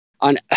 on